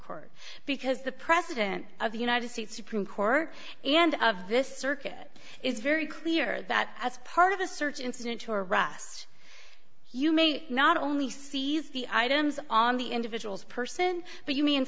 court because the president of the united states supreme court and of this circuit is very clear that as part of a search incident to arrest you may not only seize the items on the individuals person but you m